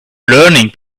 learning